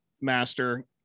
master